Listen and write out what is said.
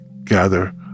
gather